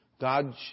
God